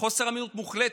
חוסר אמינות מוחלטת,